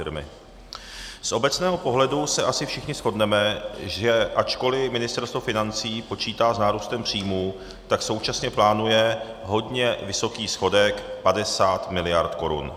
Z obecného pohledu se asi všichni shodneme, že ačkoli Ministerstvo financí počítá s nárůstem příjmů, tak současně plánuje hodně vysoký schodek 50 mld. korun.